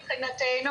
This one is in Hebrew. מבחינתנו,